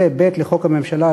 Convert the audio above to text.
ו-(ב) לחוק הממשלה,